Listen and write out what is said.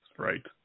right